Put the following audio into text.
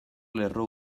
lerro